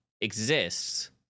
exists